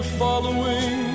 following